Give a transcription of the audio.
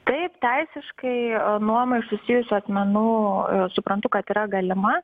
taip teisiškai nuoma iš susijusių asmenų suprantu kad yra galima